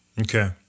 Okay